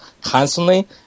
constantly